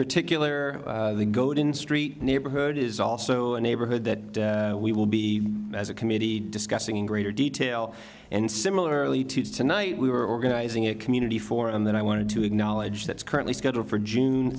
particular the godin street neighborhood is also a neighborhood that we will be as a committee discussing in greater detail and similarly to tonight we were organizing a community forum that i wanted to acknowledge that's currently scheduled for